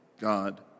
god